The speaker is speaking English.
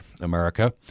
America